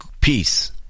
peace